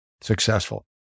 successful